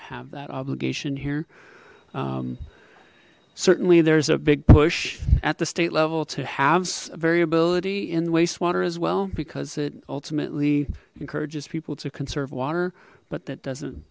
here certainly there's a big push at the state level to have variability in wastewater as well because it ultimately encourages people to conserve water but that doesn't